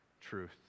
truth